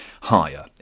higher